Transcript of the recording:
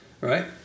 right